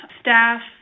staff